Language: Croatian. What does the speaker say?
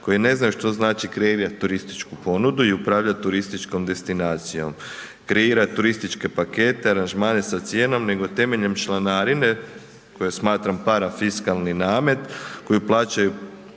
koji ne znaju što znači kreirati turističku ponudu i upravljati turističkom destinacijom, kreirati turističke pakete, aranžmane sa cijenom nego temeljem članarine koju smatram parafiskalni namet koji plaćaju